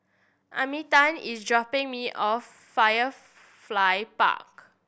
Arminta is dropping me off Firefly Park